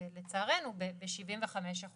לצערנו, ב-75%.